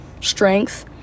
strength